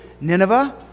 Nineveh